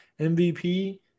MVP